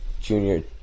junior –